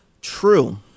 True